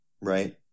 right